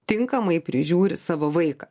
tinkamai prižiūri savo vaiką